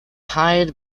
hyde